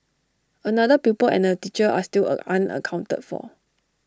another pupil and A teacher are still unaccounted for